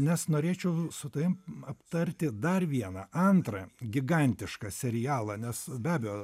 nes norėčiau su tavim aptarti dar vieną antrą gigantišką serialą nes be abejo